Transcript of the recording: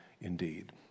indeed